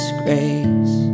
grace